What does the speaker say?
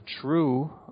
true